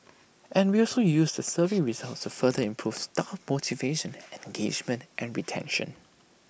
and we also use the survey results to further improve staff motivation engagement and retention